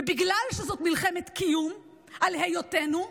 ובגלל שזאת מלחמת קיום על היותנו,